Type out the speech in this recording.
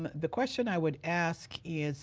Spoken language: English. the question i would ask is